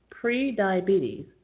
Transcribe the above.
pre-diabetes